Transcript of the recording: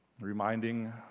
reminding